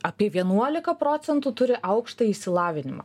apie vienuolika procentų turi aukštąjį išsilavinimą